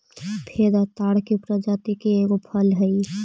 फेदा ताड़ के प्रजाति के एगो फल हई